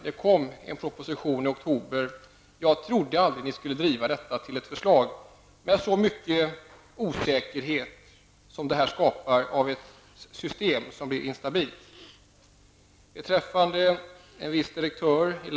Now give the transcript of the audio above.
Det kom alltså en proposition i oktober Jag trodde, som sagt, aldrig att ni skulle driva fram ett förslag med tanke på den stora osäkerhet som ett sådant här instabilt system skapar.